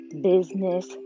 business